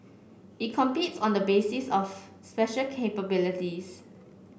it competes on the basis of special capabilities